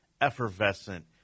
effervescent